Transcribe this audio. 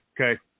okay